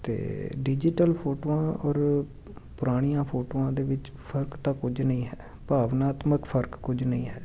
ਅਤੇ ਡਿਜੀਟਲ ਫੋਟੋਆਂ ਔਰ ਪੁਰਾਣੀਆਂ ਫੋਟੋਆਂ ਦੇ ਵਿੱਚ ਫ਼ਰਕ ਤਾਂ ਕੁਝ ਨਹੀਂ ਹੈ ਭਾਵਨਾਤਮਕ ਫ਼ਰਕ ਕੁਝ ਨਹੀਂ ਹੈ